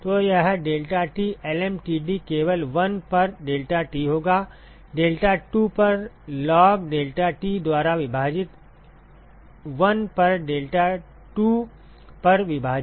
तो यह deltaT lmtd केवल 1 पर deltaT होगा deltaT 2 पर लॉग डेल्टाटी द्वारा विभाजित 1 पर डेल्टा 2 पर विभाजित